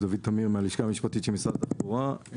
אני מהלשכה המשפטית של משרד התחבורה.